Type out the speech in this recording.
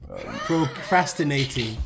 Procrastinating